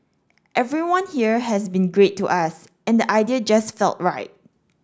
everyone here has been great to us and the idea just felt right